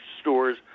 stores